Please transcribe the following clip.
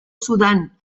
sudan